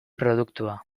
produktua